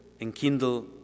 Enkindle